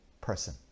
person